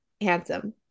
handsome